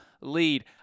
lead